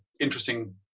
interesting